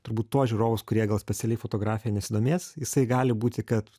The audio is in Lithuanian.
turbūt tuos žiūrovus kurie gal specialiai fotografija nesidomės jisai gali būti kad